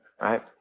right